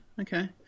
okay